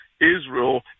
Israel